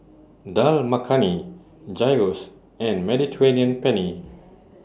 Dal Makhani Gyros and Mediterranean Penne